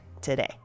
today